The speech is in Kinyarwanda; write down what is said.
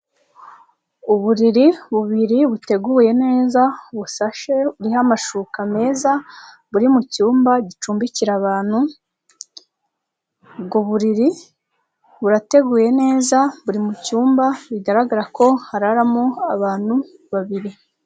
Uburiri bubiri buteguye neza, busashe harihoho amashuka meza, buri mucyumba gicumbikira abantu, ubwo buriri, burateguye neza, buri mu cyumba bigaragara ko hararamo, abantu babiri.